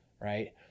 right